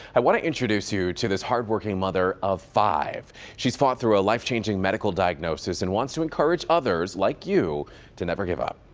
i want to introduce you to this hard working mother of five. she has fought through a life changing medical diagnosis and wants to encourage others like you to never give up!